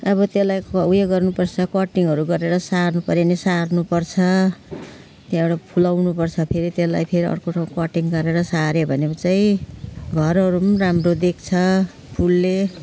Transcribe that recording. अब त्यसलाई ऊ यो गर्नुपर्छ कटिङहरू गरेर सार्नुपर्यो भने सार्नुपर्छ त्यहाँबाट फुलाउनुपर्छ फेरि त्यसलाई फेरि अर्को ठाउँ कटिङ गरेर सार्यो भनेमा चाहिँ घरहरू पनि राम्रो देख्छ फुलले